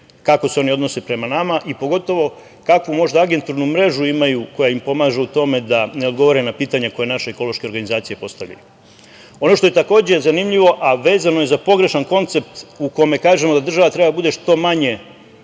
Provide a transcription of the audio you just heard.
kako se oni odnose prema nama i pogotovo kakvu možda agentalnu mrežu imaju koja im pomaže u tome da ne odgovore na pitanja koje naša ekološke organizacije postavljaju. Ono što je takođe zanimljivo, a vezano je za pogrešan koncept u kome kažemo da država treba da bude što manje